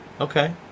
Okay